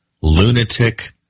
lunatic